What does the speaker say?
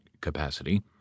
capacity